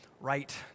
right